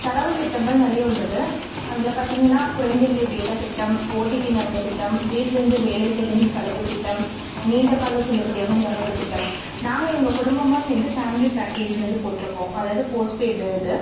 தரவு திட்டங்கள் நிறைய உள்ளது அதில் பார்த்திங்கன்னா குறைந்த விலை டேட்டா திட்டம் ஓடிடி நன்மை திட்டம் வீட்டிலேந்து வேலை செய்யும் சலுகை திட்டம் நீண்ட கால செல்லுப்படியாகும் தரவுகள் திட்டம் நாங்கள் எங்கள் குடும்பமாக சேர்ந்து ஃபேம்லி பேக்கேஜ் வந்து போட்டிருக்கோம் அதாவது போஸ்ட்பெய்டு இது